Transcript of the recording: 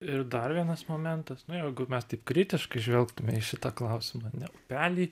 ir dar vienas momentas nu jeigu mes taip kritiškai žvelgtume į šitą klausimą ne upelį